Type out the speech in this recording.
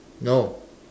no